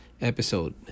episode